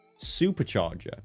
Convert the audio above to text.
Supercharger